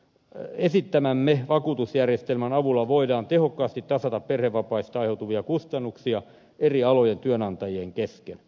esittämämme vakuutusjärjestelmän avulla voidaan tehokkaasti tasata perhevapaista aiheutuvia kustannuksia eri alojen työnantajien kesken